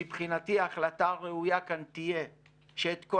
מבחינתי ההחלטה הראויה כאן תהיה שאת כל